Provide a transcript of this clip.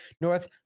North